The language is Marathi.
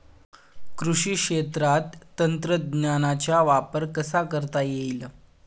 कृषी क्षेत्रात तंत्रज्ञानाचा वापर कसा करता येईल?